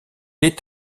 est